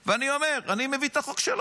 שבוע לפני כן, ואני אומר, אני מביא את החוק שלו.